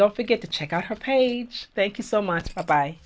don't forget to check out her page thank you so much by